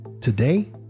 Today